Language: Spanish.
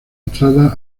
entrada